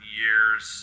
years